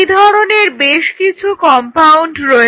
এই ধরনের বেশকিছু কম্পাউন্ড রয়েছে